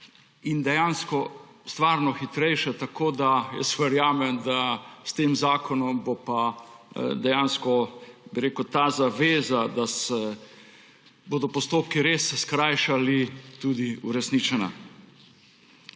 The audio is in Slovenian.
in dejansko stvarno hitrejše, tako da jaz verjamem, da s tem zakonom bo pa dejansko ta zaveza, da se bodo postopki skrajšali, tudi uresničena.